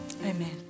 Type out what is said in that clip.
Amen